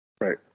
Right